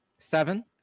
Seven